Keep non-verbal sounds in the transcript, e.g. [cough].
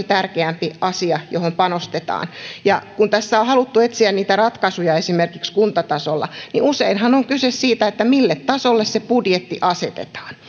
[unintelligible] tärkeämpi asia johon panostetaan ja kun tässä on haluttu etsiä niitä ratkaisuja esimerkiksi kuntatasolla niin useinhan on kyse siitä mille tasolle se budjetti asetetaan